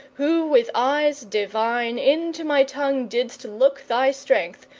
who with eyes divine into my tongue didst look thy strength,